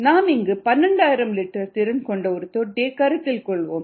நாம் இங்கு 12000 லிட்டர் திறன் கொண்ட ஒரு தொட்டியைக் கருத்தில் கொள்வோம்